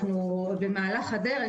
אנחנו עוד במהלך הדרך,